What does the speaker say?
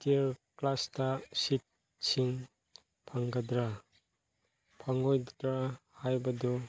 tier class ꯁꯤꯠꯁꯤꯡ ꯐꯪꯒꯗ꯭ꯔꯥ ꯐꯪꯉꯣꯏꯗ꯭ꯔꯥ ꯍꯥꯏꯕꯗꯨ